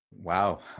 wow